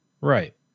Right